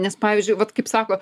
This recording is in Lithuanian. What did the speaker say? nes pavyzdžiui vat kaip sako